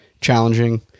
challenging